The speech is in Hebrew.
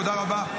תודה רבה.